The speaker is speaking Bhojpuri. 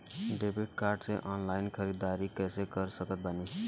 डेबिट कार्ड से ऑनलाइन ख़रीदारी कैसे कर सकत बानी?